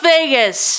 Vegas